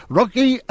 Rocky